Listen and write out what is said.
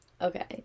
okay